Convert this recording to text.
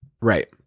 right